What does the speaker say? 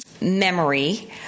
Memory